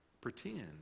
pretend